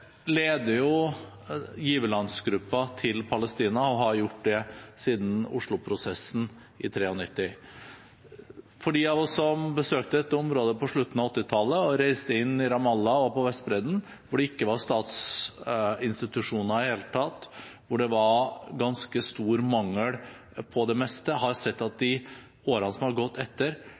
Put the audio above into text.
leder giverlandsgruppen for Palestina og har gjort det siden Oslo-prosessen i 1993. De av oss som besøkte dette området på slutten av 1980-tallet og reiste inn i Ramallah og på Vestbredden – hvor det ikke var statsinstitusjoner i det hele tatt, hvor det var ganske stor mangel på det meste – har sett at det i årene som har gått etter